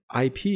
IP